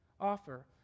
offer